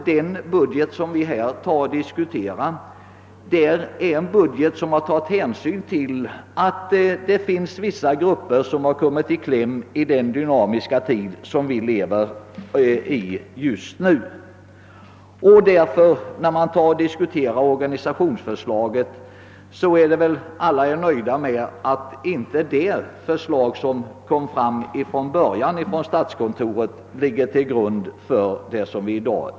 Den budget vi nu diskuterar har uppgjorts med hänsyn tagen till vissa grupper som kommit i kläm i den dynamiska tid vi nu lever i. Vad organisationsförslaget angår torde vi väl alla vara nöjda med att det förslag, som statskontoret först lade fram, inte ligger till grund för diskussionen i dag.